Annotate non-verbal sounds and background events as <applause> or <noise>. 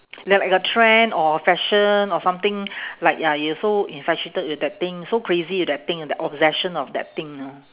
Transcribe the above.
like a like a trend or fashion or something <breath> like ya you're so infatuated with that thing so crazy with that thing the obsession of that thing ah